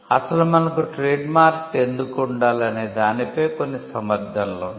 అసలు మనకు ట్రేడ్మార్క్లు ఎందుకు ఉండాలి అనే దానిపై కొన్ని సమర్థనలు ఉన్నాయి